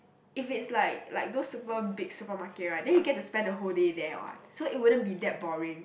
if it's like like those super big supermarket right then you get to spend the whole day there [what] so it wouldn't be that boring